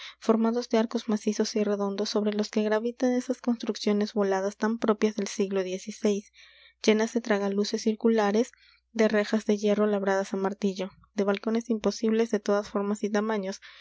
formados de arcos macizos y redondos sobre los que gravitan esas construcciones voladas tan propias del siglo xvi llenas de tragaluces circulares de rejas de hierro labradas á martillo de balcones imposibles de todas formas y tamaños